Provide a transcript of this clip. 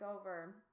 over